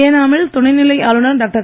ஏனா மில் துணைநிலை ஆளுனர் டாக்டர்